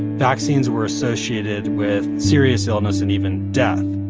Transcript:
vaccines were associated with serious illness and even death.